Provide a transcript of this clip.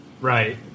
Right